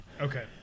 Okay